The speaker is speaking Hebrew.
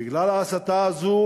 בגלל ההסתה הזאת,